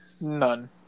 None